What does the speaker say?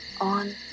on